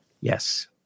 Yes